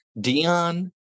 Dion